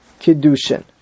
Kiddushin